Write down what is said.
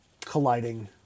colliding